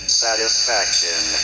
satisfaction